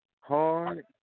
hard